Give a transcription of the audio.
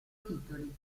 titoli